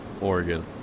Oregon